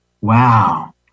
Wow